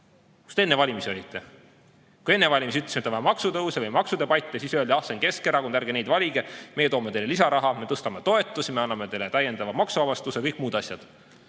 Kus te enne valimisi olite? Kui enne valimisi ütlesime, et on vaja maksutõuse või maksudebatte, siis öeldi: "Ah, see on Keskerakond, ärge neid valige. Meie toome teile lisaraha, me tõstame toetusi, me anname teile täiendava maksuvabastuse ja kõik muud asjad."